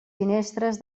finestres